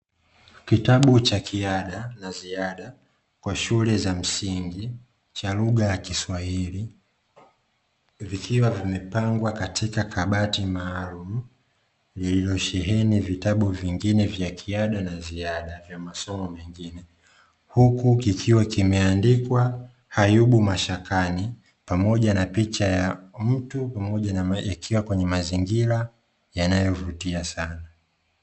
Kitabu cha kiada na ziada kwa shule za msingi cha lugha ya kiswahili, vikiwa vimepangwa katika kabati maalumu, lililosheheni vitabu vingine vya kiada na ziada vya masomo mengine. Huku kikiwa kimeandikwa "Ayubu Mashakani", pamoja na picha ya mtu pamoja akiwa kwenye mazingira yanayovutia sana.